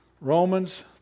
Romans